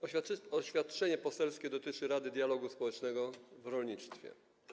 Oświadczenie poselskie dotyczy Rady Dialogu Społecznego w Rolnictwie.